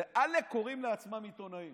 ועלק, קוראים לעצמם עיתונאים.